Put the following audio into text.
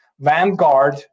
Vanguard